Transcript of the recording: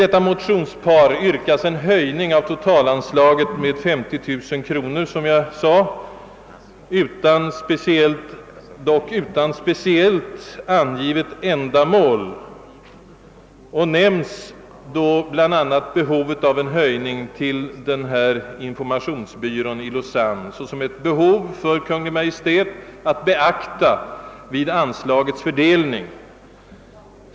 I motionsparet yrkas en höjning av totalanslaget med 50 000 kronor, dock utan speciellt angivet ändamål. Där nämns dock bl.a. behovet av en anslagshöjning till denna informationsbyrå i Lausanne att av Kungl. Maj:t beaktas vid anslagsfördelningen.